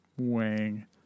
Wang